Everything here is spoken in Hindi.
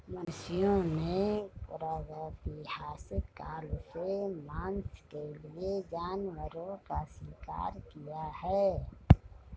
मनुष्यों ने प्रागैतिहासिक काल से मांस के लिए जानवरों का शिकार किया है